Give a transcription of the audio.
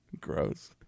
Gross